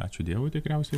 ačiū dievui tikriausiai